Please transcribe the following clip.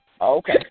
Okay